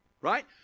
right